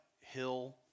hill